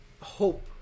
hope